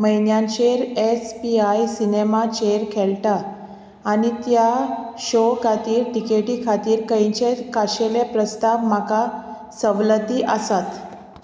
म्हयन्यांचेर S P I सिनेमाचेर खेळटा आनी त्या शो खातीर टिकेटी खातीर खंयचे खाशेले प्रस्ताव म्हाका सवलती आसात